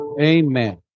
Amen